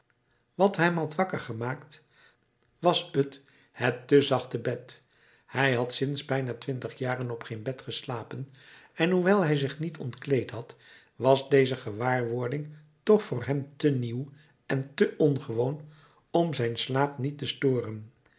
wat hem had wakker gemaakt was t het te zachte bed hij had sinds bijna twintig jaren op geen bed geslapen en hoewel hij zich niet ontkleed had was deze gewaarwording toch voor hem te nieuw en te ongewoon om zijn slaap niet te storen